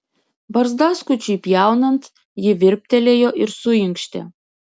barzdaskučiui pjaunant ji virptelėjo ir suinkštė